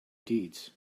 deeds